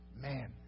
Man